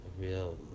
real